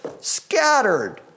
scattered